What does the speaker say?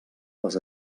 les